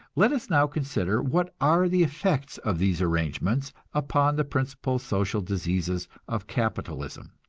let us now consider what are the effects of these arrangements upon the principal social diseases of capitalism.